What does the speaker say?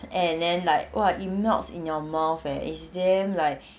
and then like !wah! it melts in your mouth eh it's damn like